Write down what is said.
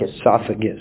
esophagus